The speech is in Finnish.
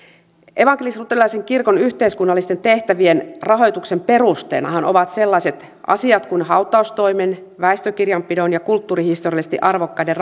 evankelisluterilaisen kirkon yhteiskunnallisten tehtävien rahoituksen perusteenahan ovat sellaiset asiat kuin hautaustoimen väestökirjanpidon ja kulttuurihistoriallisesti arvokkaiden